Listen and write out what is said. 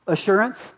Assurance